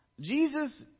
Jesus